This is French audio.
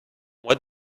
moi